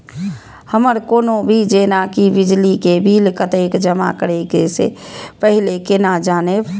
हमर कोनो भी जेना की बिजली के बिल कतैक जमा करे से पहीले केना जानबै?